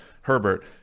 Herbert